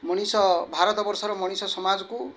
ମଣିଷ ଭାରତବର୍ଷର ମଣିଷ ସମାଜକୁ